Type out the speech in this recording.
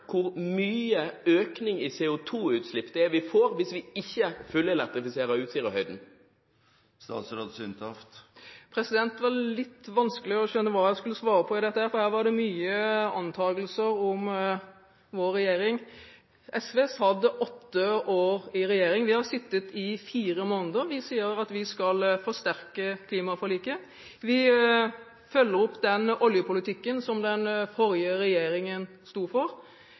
hvor stor økning i CO2-utslipp vi får hvis vi ikke fullelektrifiserer Utsirahøyden? Det var litt vanskelig å skjønne hva i dette jeg skulle svare på, for her var det mange antagelser om vår regjering. SV satt åtte år i regjering. Vi har sittet i fire måneder. Vi sier at vi skal forsterke klimaforliket. Vi følger opp oljepolitikken som den forrige regjeringen sto for.